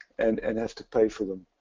and and have to pay for them